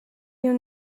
you